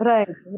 Right